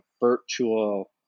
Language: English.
virtual